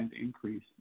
increase